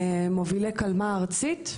מובילי קלמ"ה הארצית.